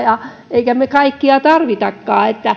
emmekä me kaikkea tarvitsekaan